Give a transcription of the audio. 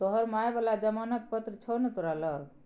तोहर माय बला जमानत पत्र छौ ने तोरा लग